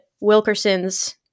Wilkerson's